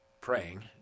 praying